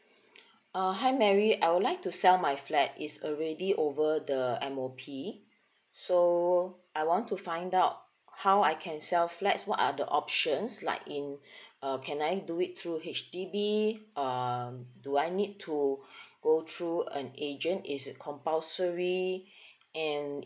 uh hi mary I would like to sell my flat is already over the M_O_P so I want to find out how I can sell flats what are the options like in uh can I do it through H_D_B uh do I need to go through an agent is it compulsory and